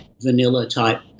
vanilla-type